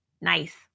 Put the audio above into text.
Nice